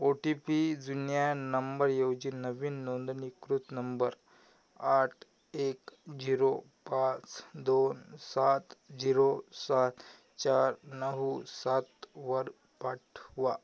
ओ T P जुन्या नंबरऐवजी नवीन नोंदणीकृत नंबर आठ एक जिरो पाच दोन सात जिरो सात चार नऊ सातवर पाठवा